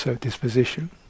disposition